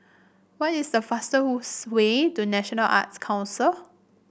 what is the fastest way to National Arts Council